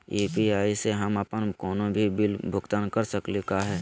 UPI स हम अप्पन कोनो भी बिल भुगतान कर सकली का हे?